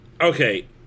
okay